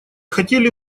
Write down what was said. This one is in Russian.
хотели